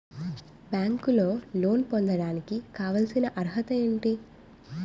బ్యాంకులో లోన్ పొందడానికి కావాల్సిన అర్హత ఏంటి?